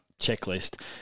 checklist